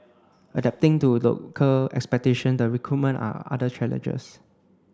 adapting to local expectation the recruitment are other challenges